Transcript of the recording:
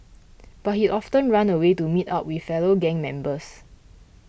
but he often ran away to meet up with fellow gang members